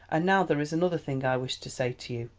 and now there is another thing i wish to say to you.